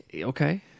Okay